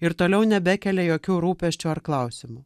ir toliau nebekelia jokių rūpesčių ar klausimų